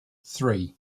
three